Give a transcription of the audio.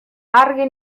argi